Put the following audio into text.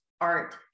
art